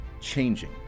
changing